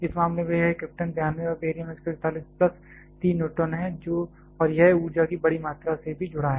इस मामले में यह क्रिप्टन 92 और बेरियम 141 प्लस 3 न्यूट्रॉन है और यह ऊर्जा की बड़ी मात्रा से भी जुड़ा है